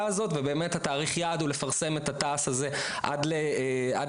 הזו" ובאמת תאריך היעד הוא לפרסם את התע"ס הזה עד לפסח.